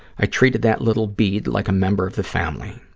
i treated that little bead like a member of the family.